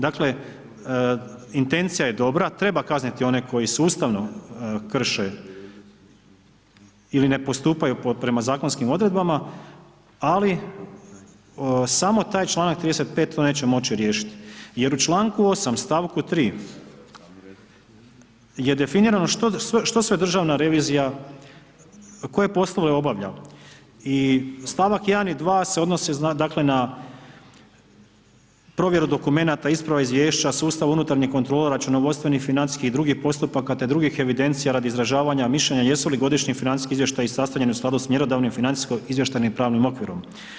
Dakle intencija je dobra, treba kazniti one koji sustavno krše ili postupaju prema zakonskim odredbama ali samo taj članak 35. to neće moći riješiti jer u članku 8. stavku 3. je definirano što sve Državna revizija, koje poslove obavlja i stavak 1. i 2. se odnosi dakle na provjeru dokumenata, isprava izvješća, sustav unutarnje kontrole, računovodstvenih i financijskih i drugih postupaka te drugih evidencija radi izražavanja mišljenja jesu li godišnji financijski izvještaji sastavljeni u skladu sa mjerodavnim financijsko-izvještajnim pravnim okvirom.